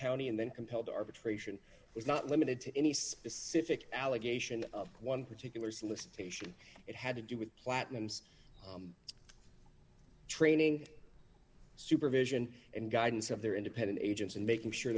county and then compelled arbitration is not limited to any specific allegation of one particular solicitation it had to do with platinums training supervision and guidance of their independent agents and making sure